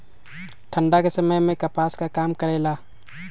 ठंडा के समय मे कपास का काम करेला?